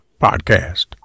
Podcast